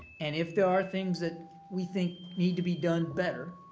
and if there are things that we think need to be done better,